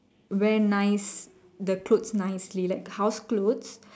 wear nice the clothes nicely like house clothes